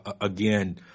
again